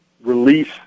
release